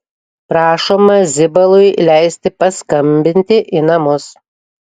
prašoma zibalui leisti paskambinti į namus